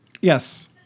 yes